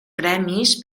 premis